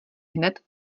hned